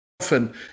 often